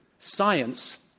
science,